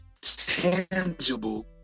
tangible